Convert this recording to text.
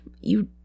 You-